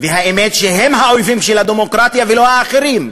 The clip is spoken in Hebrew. האמת שהם האויבים של הדמוקרטיה ולא האחרים,